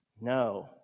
No